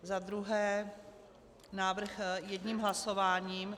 Za druhé návrh jedním hlasováním.